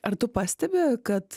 ar tu pastebi kad